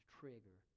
trigger